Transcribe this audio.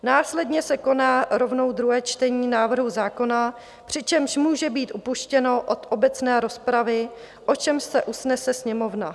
Následně se koná rovnou druhé čtení návrhu zákona, přičemž může být upuštěno od obecné rozpravy, o čemž se usnese Sněmovna.